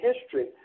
history